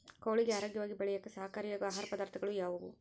ಕೋಳಿಗೆ ಆರೋಗ್ಯವಾಗಿ ಬೆಳೆಯಾಕ ಸಹಕಾರಿಯಾಗೋ ಆಹಾರ ಪದಾರ್ಥಗಳು ಯಾವುವು?